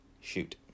shoot